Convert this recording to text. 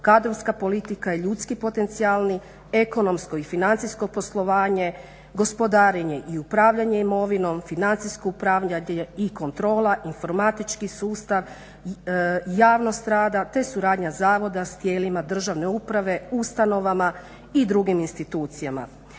kadrovska politika i ljudski potencijali, ekonomsko i financijsko poslovanje, gospodarenje i upravljanje imovinom, financijsko upravljanje i kontrola, informatički sustav, javnost rada te suradnja Zavoda s tijelima državne uprave, ustanovama i drugim institucijama.